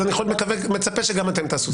אז אני מצפה שגם אתם תעשו את זה.